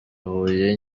huye